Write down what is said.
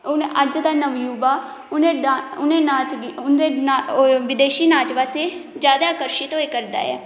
हून अज्ज दा नवयुवा उ'नें डां उनें नाच दी उं'दे नाच ओह् बदेशी नाच पास्सै ज्यादा अकर्शित होएआ करदा ऐ